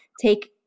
take